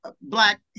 black